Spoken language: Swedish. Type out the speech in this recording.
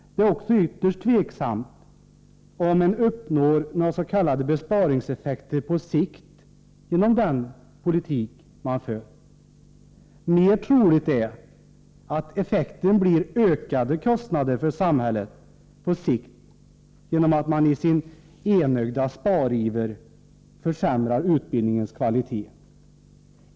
Det är också ytterst tveksamt om man uppnår några s.k. besparingseffekter på sikt genom den politik som regeringen för. Mer troligt är att effekten på sikt blir ökade kostnader för samhället, genom att man i sin enögda spariver försämrar utbildningens kvalitet.